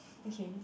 okay